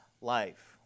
life